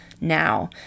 now